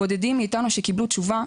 הבודדים מאיתנו שקיבלו תשובה,